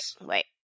wait